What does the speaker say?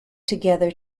together